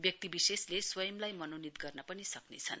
व्यक्ति विशेषले स्वयंलाई मनोनित गर्न पनि सक्नेछन्